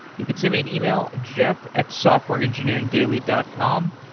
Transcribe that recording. you can send me an email, jeff at softwareengineeringdaily dot com.